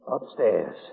Upstairs